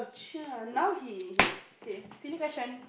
ya now he he okay silly question